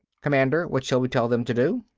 commander, what shall we tell them to do?